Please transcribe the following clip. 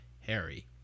Harry